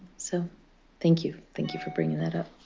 so thank you. thank you for bringing that up.